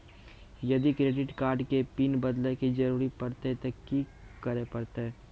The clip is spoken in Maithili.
यदि क्रेडिट कार्ड के पिन बदले के जरूरी परतै ते की करे परतै?